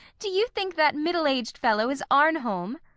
do you think that middle-aged fellow is arnholm?